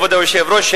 כבוד היושב-ראש,